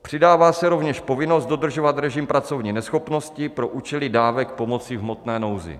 Přidává se rovněž povinnost dodržovat režim pracovní neschopnosti pro účely dávek pomoci v hmotné nouzi.